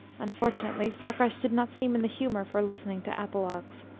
unfortunately fakrash did not seem in the humour for listening to apologues,